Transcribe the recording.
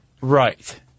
Right